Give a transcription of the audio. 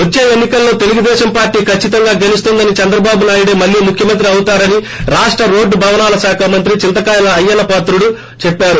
వచ్చే ఎన్ని కల్లో తెలుగుదేశం పార్లి కచ్చితంగా గెలుస్తుందని చంద్రబాబునాయుడే మళ్లీ ముఖ్యమంత్రి అవుతారని రాష్ట్ర రోడ్డు భవనాల శాఖ మంత్రి చింతకాయల అయ్యన్న పాత్రుడు చెప్పారు